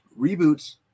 reboots